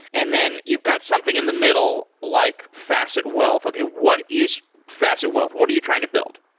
and then you've got something in the middle, like facet wealth. okay. what is facet wealth? what are you trying to build?